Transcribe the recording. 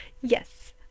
Yes